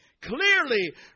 Clearly